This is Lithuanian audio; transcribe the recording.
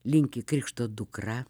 linki krikšto dukra